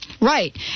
right